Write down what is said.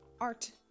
art